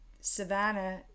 Savannah